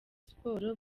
sports